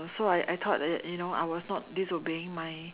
so I I thought that you know I was not this will bring my